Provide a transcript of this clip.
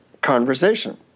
conversation